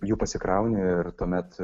jų pasikrauni ir tuomet